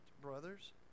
brothers